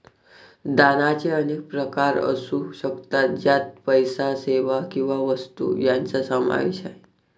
दानाचे अनेक प्रकार असू शकतात, ज्यात पैसा, सेवा किंवा वस्तू यांचा समावेश आहे